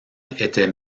était